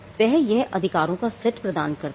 वह एक अधिकारों का सेट प्रदान करते हैं